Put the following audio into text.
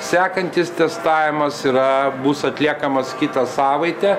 sekantis testavimas yra bus atliekamas kitą savaitę